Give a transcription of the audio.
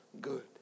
good